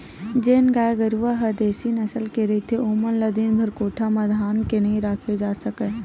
जेन गाय गरूवा ह देसी नसल के रहिथे ओमन ल दिनभर कोठा म धांध के नइ राखे जा सकय